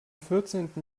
vierzehnten